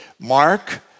Mark